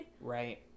Right